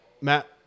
Matt